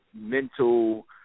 mental